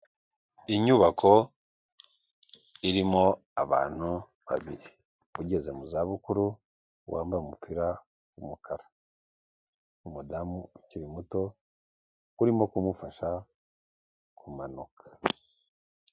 Inyubako irimo abantu babiri, ugeze mu za bukuru wambaye umupira w'umukara, umudamu ukiri muto urimo kumufasha kumanuka.